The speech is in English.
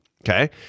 Okay